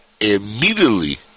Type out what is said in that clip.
immediately